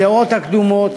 הדעות הקדומות